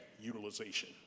utilization